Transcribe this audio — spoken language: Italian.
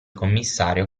commissario